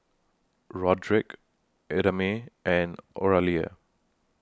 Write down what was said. Roderic Idamae and Oralia